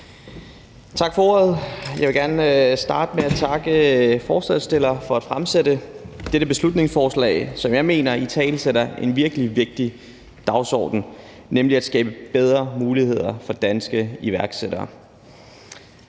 Tak for ordet. Jeg vil gerne starte med at takke forslagsstillerne for at fremsætte det her beslutningsforslag, som jeg mener italesætter en virkelig vigtig dagsorden, nemlig at skabe bedre muligheder for danske iværksættere.